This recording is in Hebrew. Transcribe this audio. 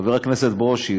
חבר הכנסת ברושי,